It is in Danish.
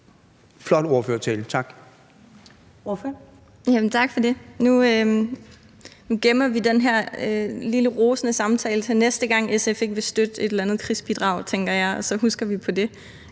Flot ordførertale. Tak.